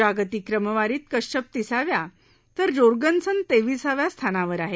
जागतिक क्रमवारीत कश्यप तिसाव्या तर जोरगनसन तेविसाव्या स्थानावर आहेत